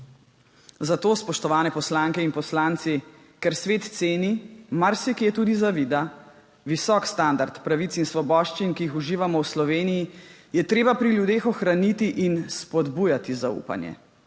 Zato, spoštovane poslanke in poslanci, ker svet ceni – marsikje tudi zavida – visok standard pravic in svoboščin, ki jih uživamo v Sloveniji, je treba pri ljudeh ohraniti in spodbujati zaupanje.